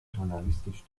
journalistisch